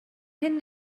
hyn